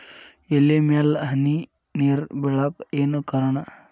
ಎಲೆ ಮ್ಯಾಲ್ ಹನಿ ನೇರ್ ಬಿಳಾಕ್ ಏನು ಕಾರಣ?